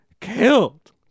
killed